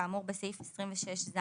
כאמור בסעיף 26ז,